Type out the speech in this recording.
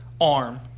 arm